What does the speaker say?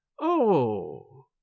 Oh